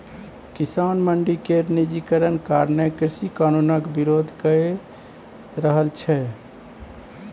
किसान मंडी केर निजीकरण कारणें कृषि कानुनक बिरोध कए रहल छै